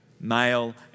male